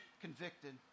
convicted